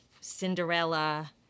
Cinderella